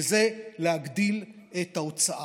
וזה להגדיל את ההוצאה.